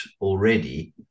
already